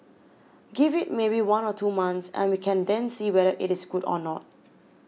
give it maybe one or two months and we can then see whether it is good or not